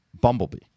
Bumblebee